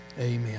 Amen